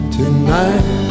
tonight